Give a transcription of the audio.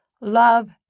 love